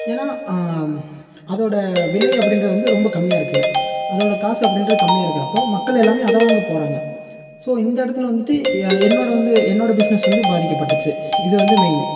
ஏன்னா அதோடய விலை அப்படின்றது வந்து ரொம்ப கம்மியாக இருக்குதுல அதோடய காசு அப்படின்றது கம்மியாக இருக்கிறப்ப மக்கள் எல்லாமே அதை வாங்க போகிறாங்க ஸோ இந்த இடத்துல வந்துட்டு என்னோடய வந்து என்னோடய பிஸ்னஸ் வந்து பாதிக்கபட்டுச்சு இது வந்து மெயின்